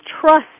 trust